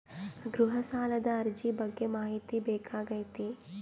ಗೃಹ ಸಾಲದ ಅರ್ಜಿ ಬಗ್ಗೆ ಮಾಹಿತಿ ಬೇಕಾಗೈತಿ?